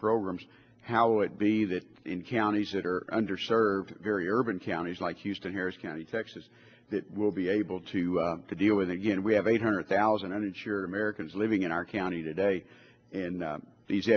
programs how would be that in counties that are under served very urban counties like houston here is county texas that will be able to to deal with again we have eight hundred thousand uninsured americans living in our county today and these